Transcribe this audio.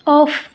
of